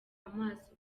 amaso